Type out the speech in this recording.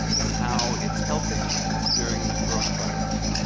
and how it's helping during the coronavirus?